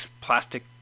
plastic